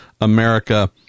america